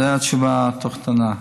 זו התשובה הקטנה.